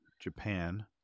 japan